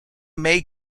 may